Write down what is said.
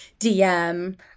DM